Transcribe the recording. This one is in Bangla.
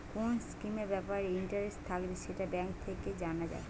কোন স্কিমের ব্যাপারে ইন্টারেস্ট থাকলে সেটা ব্যাঙ্ক থেকে জানা যায়